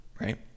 right